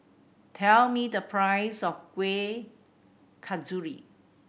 tell me the price of Kueh Kasturi